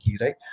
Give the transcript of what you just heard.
right